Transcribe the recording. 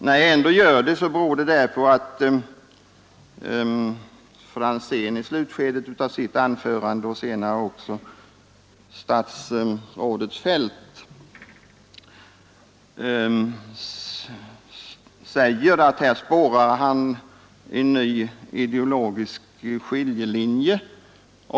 När jag ändå gör det beror det därpå att herr Franzén i slutskedet av sitt anförande — liksom senare också statsrådet Feldt — sade sig spåra en ny ideologisk skiljelinje.